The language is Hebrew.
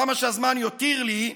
כמה שהזמן יותיר לי,